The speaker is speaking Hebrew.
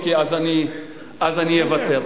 אני אוותר,